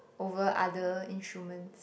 over other instruments